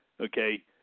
okay